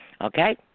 Okay